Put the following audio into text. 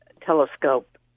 telescope